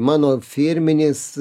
mano firminis